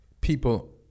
people